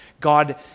God